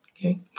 okay